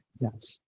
yes